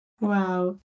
wow